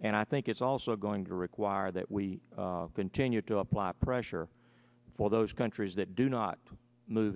and i think it's also going to require that we continue to apply pressure for those countries that do not move